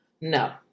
No